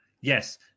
Yes